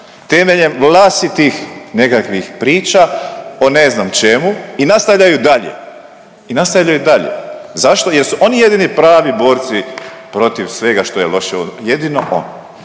temeljem vlastitih nekakvih priča o ne znam čemu i nastavljaju dalje i nastavljaju dalje. Zašto? Jer su oni jedini pravi borci protiv svega što je loše. Jedino on,